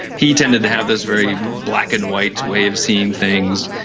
he tended to have this very black-and-white way of seeing things,